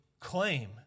claim